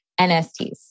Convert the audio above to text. NSTs